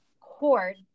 cord